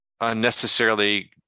unnecessarily